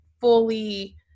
fully